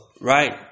right